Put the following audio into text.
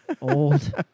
old